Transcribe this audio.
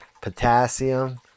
Potassium